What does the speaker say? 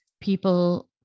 people